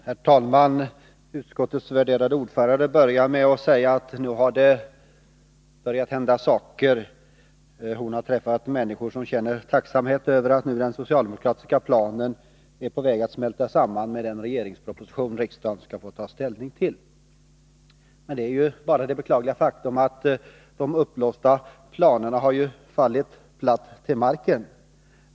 Herr talman! Utskottets värderade ordförande sade inledningsvis att det nu har börjat hända saker. Hon har träffat människor som känner tacksamhet över att den socialdemokratiska planen nu håller på att smälta samman med den proposition som riksdagen kommer att ta ställning till. Det är emellertid beklagligt att de uppblåsta planerna har fallit platt till marken.